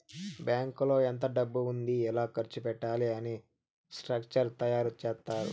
బ్యాంకులో ఎంత డబ్బు ఉంది ఎలా ఖర్చు పెట్టాలి అని స్ట్రక్చర్ తయారు చేత్తారు